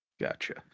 Gotcha